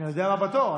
אני יודע מה בתור.